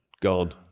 gone